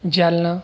Jalna